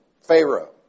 Pharaoh